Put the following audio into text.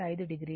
5 o